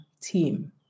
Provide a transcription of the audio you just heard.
team